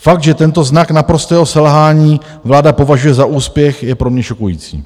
Fakt, že tento znak naprostého selhání vláda považuje za úspěch, je pro mě šokující.